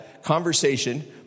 Conversation